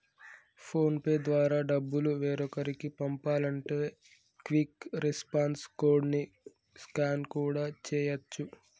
phone pay ద్వారా డబ్బులు వేరొకరికి పంపాలంటే క్విక్ రెస్పాన్స్ కోడ్ ని స్కాన్ కూడా చేయచ్చు